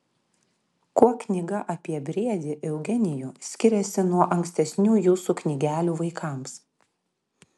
kuo knyga apie briedį eugenijų skiriasi nuo ankstesnių jūsų knygelių vaikams